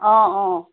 অঁ অঁ